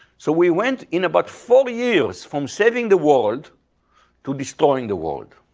so we went in about forty years from saving the world to destroying the world.